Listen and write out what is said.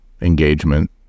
engagement